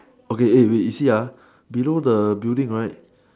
okay eh wait you see ah below the building right